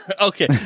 okay